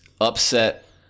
upset